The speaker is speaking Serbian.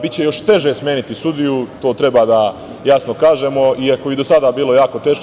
Biće još teže smeniti sudiju, to treba da jasno kažemo, iako je i do sada bilo jako teško.